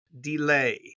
delay